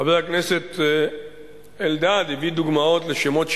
חבר הכנסת אלדד הביא דוגמאות לשמות שהשתנו.